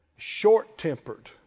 Short-tempered